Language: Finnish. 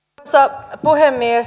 arvoisa puhemies